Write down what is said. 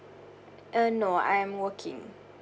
uh no I'm working